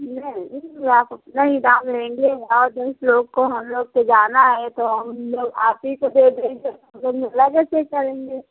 नहीं आप अपना ही दाम लेंगे और दस लोग को हम लोग को जाना है तो हम लोग आप ही को दे देंगे